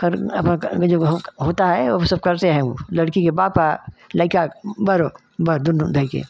कर न अपन कर में जो हो होता है वो सब करते हैं वो लड़की के बाप आ लइकाक बरो बर दुनू धई के